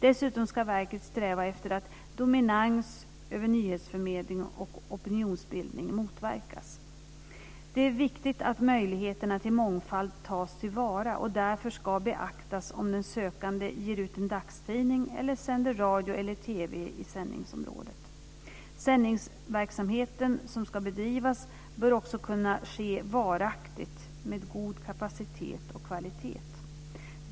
Dessutom ska verket sträva efter att dominans över nyhetsförmedling och opinionsbildning motverkas. Det är viktigt att möjligheterna till mångfald tas till vara och därför ska beaktas om den sökande ger ut en dagstidning eller sänder radio eller TV i sändningsområdet. Sändningsverksamheten som ska bedrivas bör också kunna ske varaktigt med god kapacitet och kvalitet.